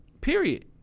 Period